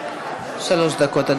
אדוני, שלוש דקות.